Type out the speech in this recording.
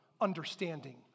understanding